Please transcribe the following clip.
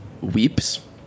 weeps